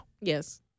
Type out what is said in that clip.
Yes